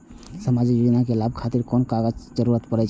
सामाजिक योजना के लाभक खातिर कोन कोन कागज के जरुरत परै छै?